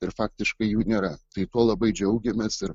ir faktiškai jų nėra tai tuo labai džiaugiamės ir